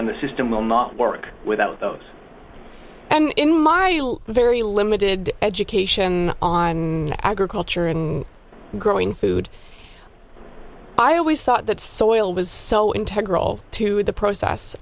and the system will not work without those and in my very limited education on agriculture and growing food i always thought that soil was so integrity to the process